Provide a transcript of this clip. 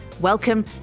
Welcome